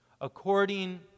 according